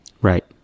Right